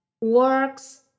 works